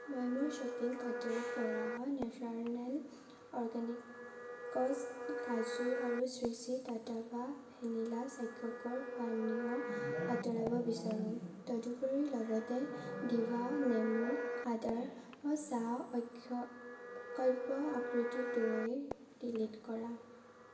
মই মোৰ শ্বপিং কাৰ্টৰ পৰা নেচাৰলেণ্ড অৰগেনিক্ছ কাজু আৰু শ্ৰী শ্ৰী টাট্টাৱা ভেনিলা স্বাস্থ্যকৰ পানীয় আঁতৰাব বিচাৰো তদোপৰি লগতে ডিভা নেমু আদাৰ চাহ অক্ষয়কল্প অকৃত্ৰিম দৈ ডিলিট কৰা